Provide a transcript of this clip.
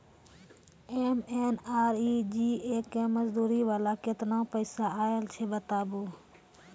MNREGA के मज़दूरी वाला केतना पैसा आयल छै बताबू?